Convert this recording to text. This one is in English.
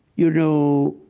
you know,